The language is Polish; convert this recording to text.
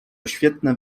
świetne